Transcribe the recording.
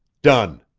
done!